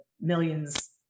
millions